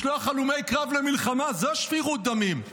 לשלוח הלומי קרב למלחמה זו שפיכות דמים.